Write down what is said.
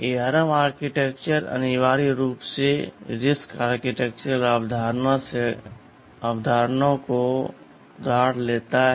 ARM architecture अनिवार्य रूप से RISC आर्किटेक्चरल अवधारणा से अवधारणाओं को उधार लेता है